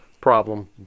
problem